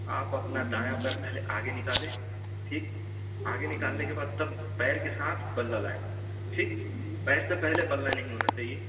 آپ اپنا دایاں پیر پہلے آگے نکالیں ٹھیک آگے نکالنے کے بعد تب پیر کے ساتھ بلا لائیں ٹھیک پیر سے پہلے بلا نہیں ہونا چاہیے